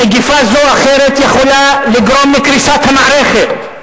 מגפה זו או אחרת יכולה לגרום לקריסת המערכת.